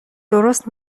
درست